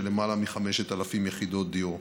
של למעלה מ-5,000 יחידות דיור,